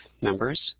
members